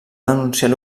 denunciar